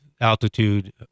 altitude